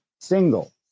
single